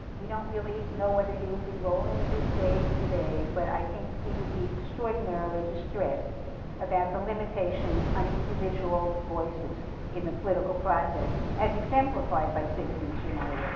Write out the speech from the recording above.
we don't really know whether he would be rolling in his grave today, but i think he would be extraordinarily distressed about the limitations on individual voices in the political process as exemplified by citizens united.